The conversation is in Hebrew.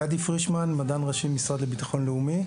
מדען ראשי, המשרד לביטחון לאומי.